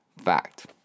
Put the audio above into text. fact